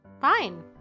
Fine